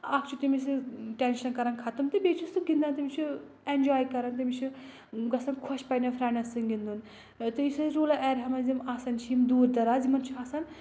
اکھ چھُ تٔمِس ٹؠنشَن کَران خَتم تہٕ بیٚیہِ چھُ سُہ گِنٛدان تٔمِس چھُ اَؠنٛجاے کران تٔمِس چھُ گژھان خۄش پنٛنؠن فٕرَیٛنڈَس سٕنٛدۍ گِنٛدُن تہٕ یُس أسۍ روٗلَر اَیٚرِیا منٛز یِم آسان چھِ یِم دوٗر دَراز یِمَن چھِ آسان